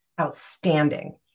outstanding